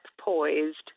poised